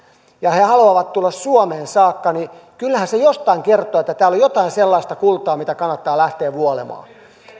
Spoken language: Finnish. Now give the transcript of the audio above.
ja he haluavat tulla suomeen saakka niin kyllähän se jostain kertoo että täällä on jotain sellaista kultaa mitä kannattaa lähteä vuolemaan